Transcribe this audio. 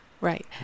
Right